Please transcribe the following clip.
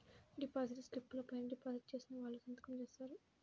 deposit స్లిపుల పైన deposit చేసిన వాళ్ళు సంతకం జేత్తారు